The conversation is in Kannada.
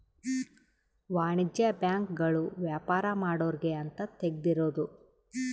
ವಾಣಿಜ್ಯ ಬ್ಯಾಂಕ್ ಗಳು ವ್ಯಾಪಾರ ಮಾಡೊರ್ಗೆ ಅಂತ ತೆಗ್ದಿರೋದು